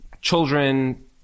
children